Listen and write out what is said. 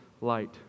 light